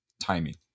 timing